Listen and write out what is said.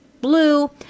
blue